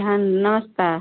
धन नमस्कार